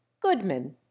Goodman